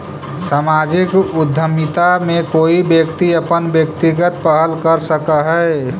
सामाजिक उद्यमिता में कोई व्यक्ति अपन व्यक्तिगत पहल कर सकऽ हई